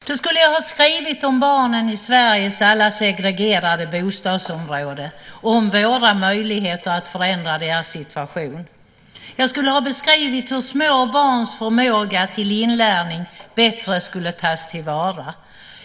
Herr talman! Tänk om jag hade fått skriva en proposition om kvalitet i förskolan. Då skulle jag ha skrivit om barnen i Sveriges alla segregerade bostadsområden och om våra möjligheter att förändra deras situation. Jag skulle ha beskrivit hur små barns förmåga till inlärning bättre skulle tas till vara.